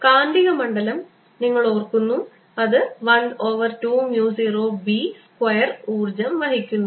കാന്തിക മണ്ഡലം നിങ്ങൾ ഓർക്കുന്നു അത് 1 ഓവർ 2 mu 0 B സ്ക്വയർ ഊർജ്ജം വഹിക്കുന്നു